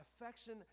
Affection